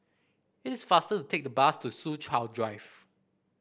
it is faster to take the bus to Soo Chow Drive